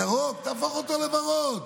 ירוק תהפוך אותו לוורוד.